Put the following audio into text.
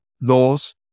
laws